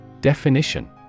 Definition